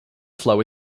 flow